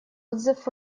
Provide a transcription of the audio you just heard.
отзыв